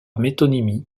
métonymie